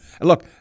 look